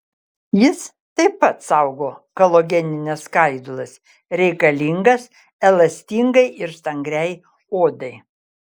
jis taip pat saugo kolagenines skaidulas reikalingas elastingai ir stangriai odai